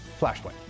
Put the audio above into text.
Flashpoint